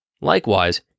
Likewise